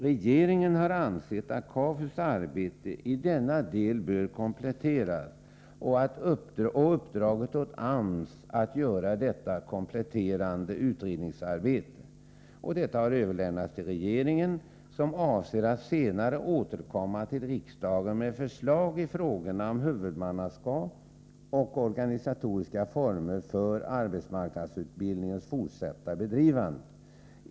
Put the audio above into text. Regeringen har ansett att KAFU:s arbete i denna del bör kompletteras, och den har uppdragit åt AMS att göra detta kompletterande utredningsarbete. Detta har överlämnats till regeringen, som avser att senare återkomma till riksdagen med förslag i frågorna om huvudmannaskap och organisatoriska former för arbetsmarknadsutbildningens fortsatta bedrivande.